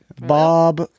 Bob